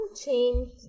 change